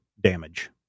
damage